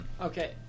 Okay